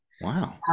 Wow